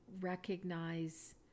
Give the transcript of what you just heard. recognize